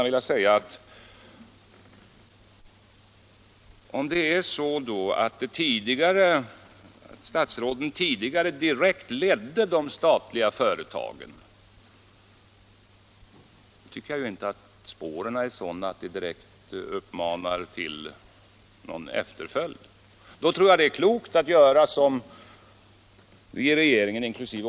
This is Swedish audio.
Om det då är så att statsråden tidigare direkt ledde de statliga företagen, så tycker jag inte att spåren är sådana att de direkt uppmanar till efterföljd. Jag tror att det är klokt att göra som vi i regeringen inkl.